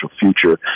future